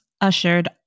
ushered